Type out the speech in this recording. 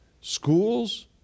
schools